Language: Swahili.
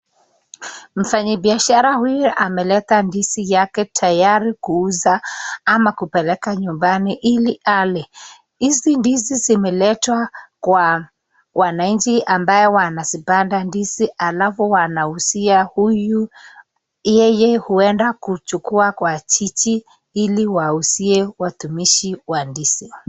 Mfanyibiashara huyu ameleta ndizi yake tayari kuuza ama kupeleka nyumbani ili ale. Hizi ndizi zimeletwa kwa wananchi ambao wanazipanda ndizi halafu wanauzia huyu. Yeye huenda kuchukua kwa jiji ili wauzie watumizi wa ndizi.